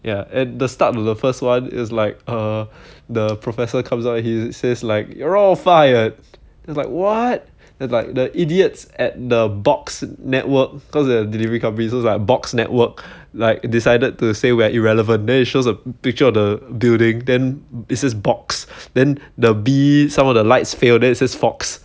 ya at the start of the first one is like err the professor comes out and he says like you're all fired it's like what that's like the idiots at the box network cause they're a delivery company so it's like box network like decided to say we're irrelevant then it shows a picture of the building then this is box then the B some of the lights fail it says Fox